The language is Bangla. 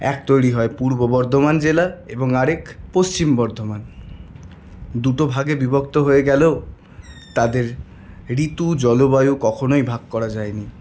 এক তৈরি হয় পূর্ব বর্ধমান জেলা এবং আরেক পশ্চিম বর্ধমান দুটো ভাগে বিভক্ত হয়ে গেলো তাদের ঋতু জলবায়ু কখনোই ভাগ করা যায়নি